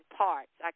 parts